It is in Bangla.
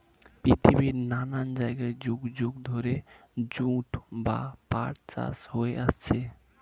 পৃথিবীর নানা জায়গায় যুগ যুগ ধরে জুট বা পাট চাষ হয়ে আসছে